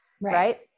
right